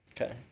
Okay